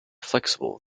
flexible